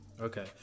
okay